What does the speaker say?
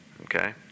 Okay